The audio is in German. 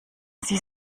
sie